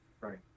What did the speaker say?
right